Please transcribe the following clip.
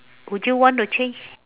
would you want to change